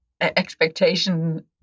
expectation